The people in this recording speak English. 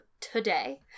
today